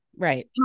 Right